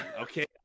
Okay